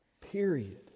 Period